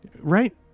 Right